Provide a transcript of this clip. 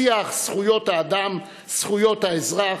שיח זכויות האדם, זכויות האזרח,